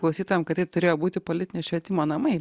klausytojam kad tai turėjo būti politinio švietimo namai